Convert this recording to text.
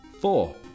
Four